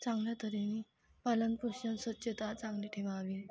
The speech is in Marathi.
चांगल्या तऱ्हेनी पालनपोषण स्वच्छता चांगली ठेवावी